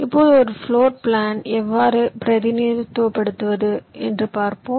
இப்போது ஒரு floor plan எவ்வாறு பிரதிநிதித்துவப்படுத்தலாம் என்று பார்ப்போம்